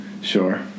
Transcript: Sure